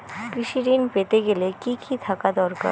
কৃষিঋণ পেতে গেলে কি কি থাকা দরকার?